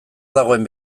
dagoen